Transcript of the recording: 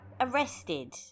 arrested